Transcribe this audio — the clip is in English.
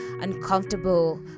uncomfortable